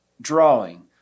drawing